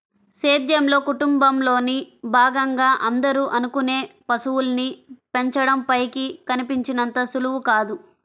సేద్యంలో, కుటుంబంలోను భాగంగా అందరూ అనుకునే పశువుల్ని పెంచడం పైకి కనిపించినంత సులువు కాదు